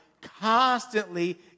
constantly